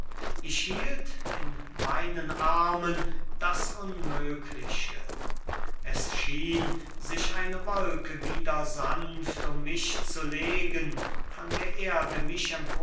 ich hielt in meinen armen das unmögliche es schien sich eine wolke wieder sanft um mich zu legen von der erde mich